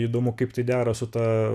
įdomu kaip tai dera su ta